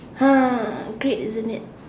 !huh! okay isn't it